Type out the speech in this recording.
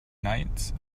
knights